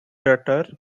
daughter